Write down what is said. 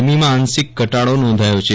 ગરમીમાં આંશીક ઘટાડો નોંધાયો છે